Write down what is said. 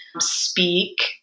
speak